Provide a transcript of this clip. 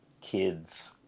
kids